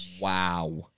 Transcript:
wow